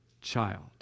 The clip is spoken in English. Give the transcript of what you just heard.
child